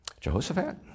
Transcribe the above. Jehoshaphat